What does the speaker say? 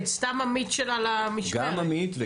גם לא מפקד, סתם עמית שלה למשמרת.